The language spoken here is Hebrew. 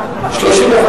לא נתקבלה.